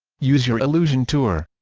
use your illusion tour